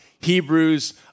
Hebrews